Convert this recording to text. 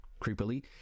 creepily